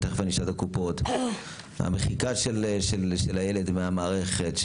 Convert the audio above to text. מחיקת הילד מהמערכת,